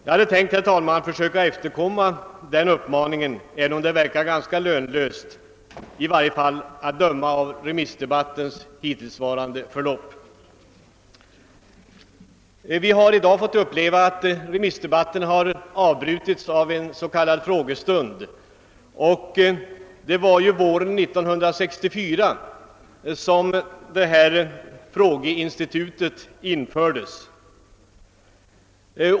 Jag hade, herr talman, tänkt försöka efterkomma den uppmaningen, men det verkar ganska lönlöst i varje fall att döma av remissdebattens hittillsvarande förlopp! Vi har i dag fått uppleva att remissdebatten har avbrutits av en s.k. frågestund. Det var ju våren 1964 som särskilda frågestunder infördes.